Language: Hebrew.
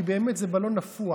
כי באמת זה בלון נפוח,